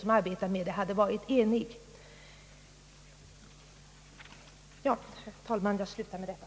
Ja, herr talman, jag slutar mitt anförande med detta.